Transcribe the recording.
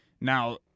Now